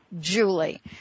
Julie